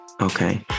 Okay